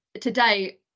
today